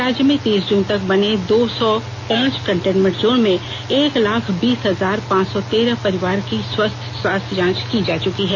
राज्य में तीस जुन तक बने दो सौ पांच कंटेनमेंट जोन में एक लाख बीस हजार पांच सौ तेरह परिवार की स्वस्थ्य जांच की जा चूकी है